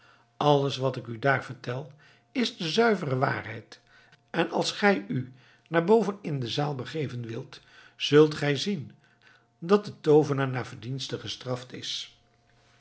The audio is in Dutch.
alles wat ik u daar vertel is de zuivere waarheid en als gij u naar boven in de zaal begeven wilt zult gij zien dat de toovenaar naar verdienste gestraft is